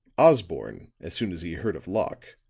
osborne, as soon as he heard of locke,